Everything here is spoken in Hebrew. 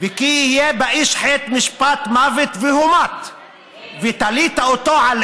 "וכי יהיה באיש חטא משפט מָות והומת ותלית אותו על